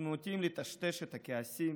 אנחנו נוטים לטשטש את הכעסים,